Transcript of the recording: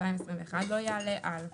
לא יעלה על א.